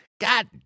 God